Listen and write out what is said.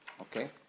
Okay